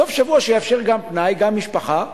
סוף-שבוע שיאפשר גם פנאי, גם משפחה,